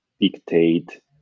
dictate